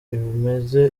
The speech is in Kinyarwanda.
imeze